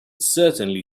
certainly